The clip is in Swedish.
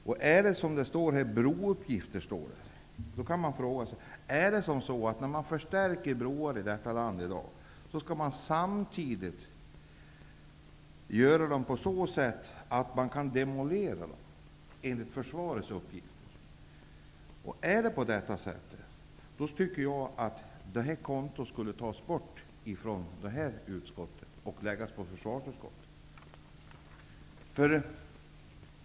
Om det är till brouppgifter, som det står, frågar jag mig: Skall man när man förstärker broar i detta land göra det på så sätt att man också kan demolera dem, enligt försvarets uppgifter? Är det på detta sätt, tycker jag att det här kontot skulle tas bort från trafikutskottet och läggas på försvarsutskottet.